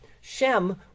shem